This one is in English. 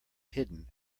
hidden